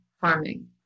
farming